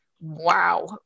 wow